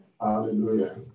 Hallelujah